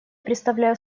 предоставляю